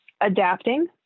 adapting